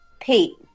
Pete